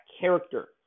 character